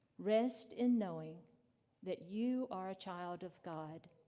rest in knowing that you are a child of god.